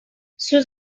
sus